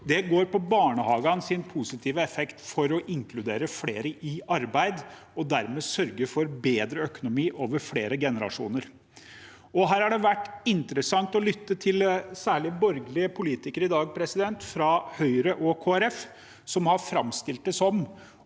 – gjelder barnehagenes positive effekt for å inkludere flere i arbeid og dermed sørge for bedre økonomi over flere generasjoner. Det har vært interessant å lytte til særlig borgerlige politikere fra Høyre og Kristelig Folkeparti i dag, som har framstilt det som